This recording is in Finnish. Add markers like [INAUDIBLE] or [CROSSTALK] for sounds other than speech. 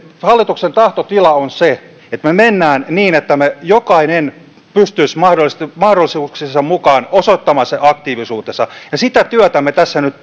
hallituksen tahtotila on se että me menemme siihen että jokainen pystyisi mahdollisuuksiensa mukaan osoittamaan sen aktiivisuutensa ja sitä työtä me tässä nyt [UNINTELLIGIBLE]